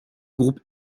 groupe